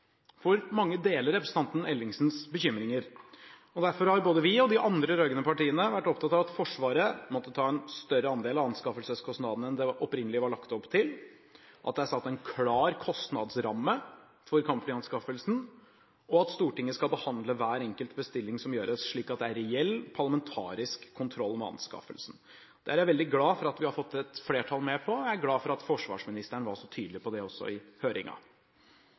For mange deler representanten Ellingsens bekymringer. Derfor har både vi og de de andre rød-grønne partiene vært opptatt av at Forsvaret måtte ta en større andel av anskaffelseskostnadene enn det opprinnelig var lagt opp til, at det er satt en klar kostnadsramme for kampflyanskaffelsen, og at Stortinget skal behandle hver enkelt bestilling som gjøres, slik at det er reell parlamentarisk kontroll. Det er jeg veldig glad for at vi har fått med et flertall på. Jeg er glad for at forsvarsministeren var så tydelig på det også i